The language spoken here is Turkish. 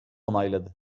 onayladı